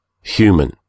Human